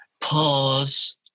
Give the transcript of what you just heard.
pause